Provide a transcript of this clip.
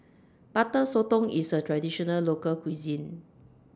Butter Sotong IS A Traditional Local Cuisine